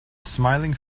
smiling